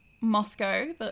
Moscow